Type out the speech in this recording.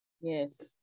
Yes